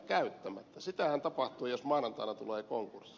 sitähän tapahtuu jos maanantaina tulee konkurssi